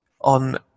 on